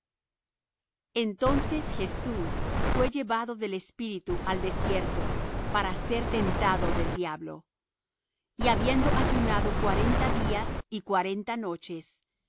entonces jesús fué llevado del espíritu al desierto para ser tentado del diablo y habiendo ayunado cuarenta días y cuarenta noches